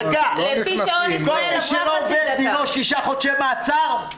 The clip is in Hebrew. לפי שעון ישראל עברה חצי דקה.